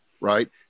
right